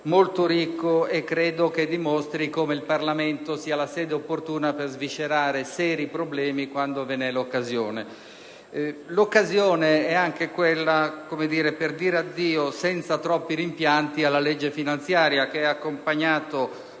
molto ricco: credo dimostri come il Parlamento sia la sede opportuna per sviscerare seri problemi quando ve ne è l'occasione. L'occasione è anche quella per dire addio senza troppi rimpianti alla legge finanziaria, che ha accompagnato